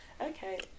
okay